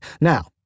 Now